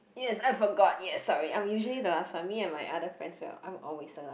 yes I forgot yes sorry I'm usually the last one me and my other friends we're usually I'm always the last